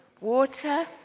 water